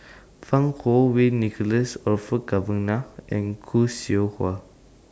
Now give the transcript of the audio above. Fang Kuo Wei Nicholas Orfeur Cavenagh and Khoo Seow Hwa